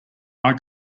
eye